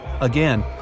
Again